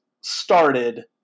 started